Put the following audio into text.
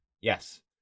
Yes